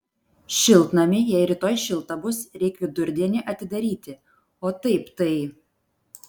šiltnamį jei rytoj šilta bus reik vidurdienį atidaryti o taip tai